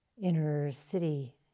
inner-city